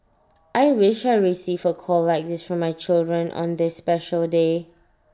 I wish I receive A call like this from my children on this special day